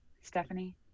Stephanie